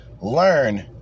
learn